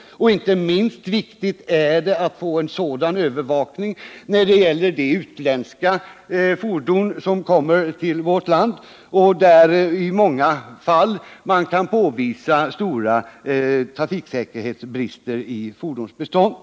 Inte minst viktigt är det att få en sådan övervakning när det gäller de utländska fordon som kommer till vårt land, där man i många fall kan påvisa stora trafiksäkerhetsrisker i fordonsbeståndet.